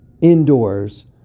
indoors